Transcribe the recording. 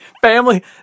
Family